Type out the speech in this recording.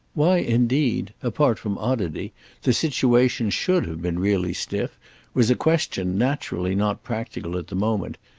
why indeed apart from oddity the situation should have been really stiff was a question naturally not practical at the moment,